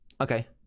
okay